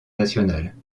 nationale